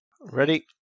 Ready